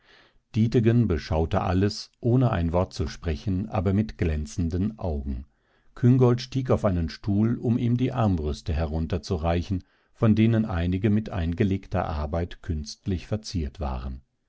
dietegen beschaute alles ohne ein wort zu sprechen aber mit glänzenden augen küngolt stieg auf einen stuhl um ihm die armbrüste herunter zu reichen von denen einige mit eingelegter arbeit künstlich verziert waren